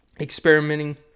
experimenting